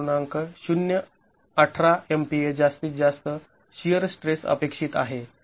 ०१८ MPa जास्तीत जास्त shear stress अपेक्षित आहे